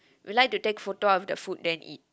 we like to take photo of the food then eat